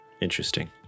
Interesting